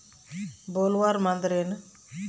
Bollworm ಅಂದ್ರೇನು?